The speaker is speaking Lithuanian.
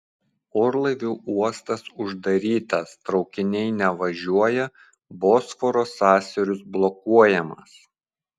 orlaivių uostas uždarytas traukiniai nevažiuoja bosforo sąsiauris blokuojamas